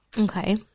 Okay